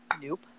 Nope